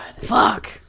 Fuck